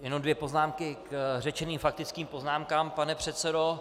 Jenom dvě poznámky k řečeným faktickým poznámkám, pane předsedo.